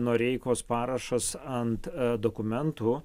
noreikos parašas ant dokumentų